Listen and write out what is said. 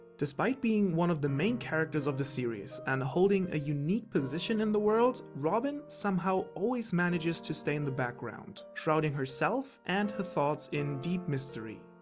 despite being one of the main characters of the series and holding a unique position in the world, robin somehow always manages to stay in the background, shrouding herself and her thoughts in deep mystery.